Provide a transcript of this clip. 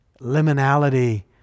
Liminality